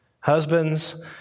Husbands